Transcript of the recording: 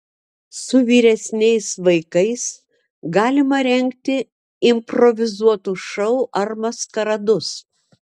su vyresniais vaikais galima rengti improvizuotus šou ar maskaradus